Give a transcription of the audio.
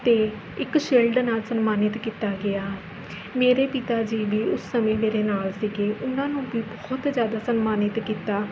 ਅਤੇ ਇੱਕ ਸ਼ੀਲਡ ਨਾਲ਼ ਸਨਮਾਨਿਤ ਕੀਤਾ ਗਿਆ ਮੇਰੇ ਪਿਤਾ ਜੀ ਵੀ ਉਸ ਸਮੇਂ ਮੇਰੇ ਨਾਲ਼ ਸੀਗੇ ਉਹਨਾਂ ਨੂੰ ਵੀ ਬਹੁਤ ਜ਼ਿਆਦਾ ਸਨਮਾਨਿਤ ਕੀਤਾ